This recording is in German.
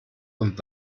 und